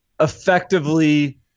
effectively